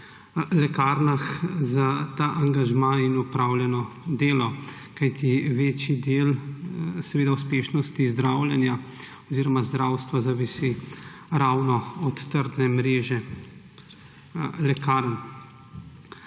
lekarnah za ta angažma in opravljeno delo, kajti večji del uspešnosti zdravljenja oziroma zdravstva zavisi ravno od trdne mreže lekarn.